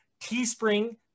Teespring